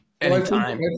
anytime